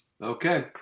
Okay